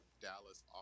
Dallas